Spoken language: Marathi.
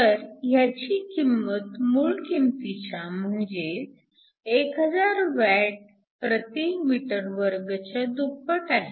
तर ह्याची किंमत मूळ किंमतीच्या म्हणजेच 1000 watts m 2 च्या दुप्पट आहे